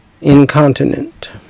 incontinent